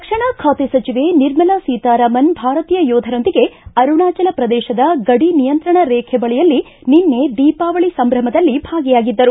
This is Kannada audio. ರಕ್ಷಣಾ ಖಾತೆ ಸಚಿವೆ ನಿರ್ಮಲಾ ಸೀತಾರಾಮನ್ ಭಾರತೀಯ ಯೋಧರೊಂದಿಗೆ ಅರುಣಾಚಲ ಪ್ರದೇಶದ ಗಡಿ ನಿಯಂತ್ರಣ ರೇಖೆ ಬಳಿಯಲ್ಲಿ ನಿನ್ನೆ ದೀಪಾವಳಿ ಸಂಭ್ರಮದಲ್ಲಿ ಭಾಗಿಯಾಗಿದ್ದರು